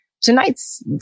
tonight's